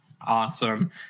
Awesome